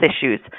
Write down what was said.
issues